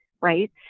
right